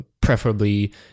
preferably